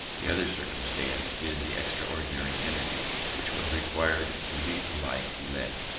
the other circumstance, is the extraordinary energy which was required to lead the life he led,